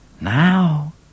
Now